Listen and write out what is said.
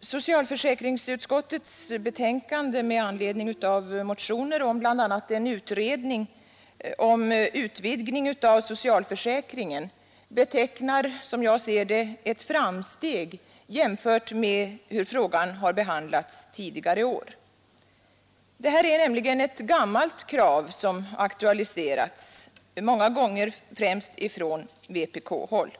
Socialförsäkringsutskottets betänkande med anledning av motioner om bl.a. en utredning om utvidgning av socialförsäkringen betecknar ett framsteg jämfört med frågans behandling tidigare år. Det här är nämligen ett gammalt krav som aktualiserats, främst från vpk-håll.